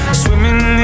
swimming